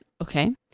Okay